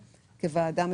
על תחום הכשרה,